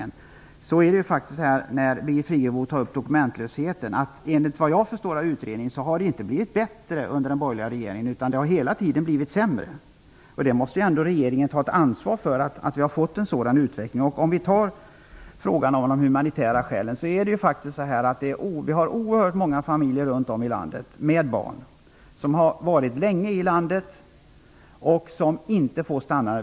Enligt vad jag förstår av utredningen har det som Birgit Friggebo tar upp om dokumentlösheten inte blivit bättre under den borgerliga regeringens tid. Det har hela tiden blivit sämre. Regeringen måste ändå ta ansvar för att det har blivit en sådan utveckling. Sedan kan man ta upp frågan om de humanitära skälen. Det finns faktiskt oerhört många barnfamiljer runt om i landet, som har varit här länge, som inte får stanna.